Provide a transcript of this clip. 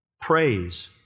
praise